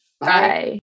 Bye